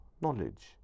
knowledge